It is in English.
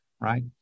right